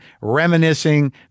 reminiscing